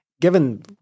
Given